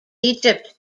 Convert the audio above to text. egypt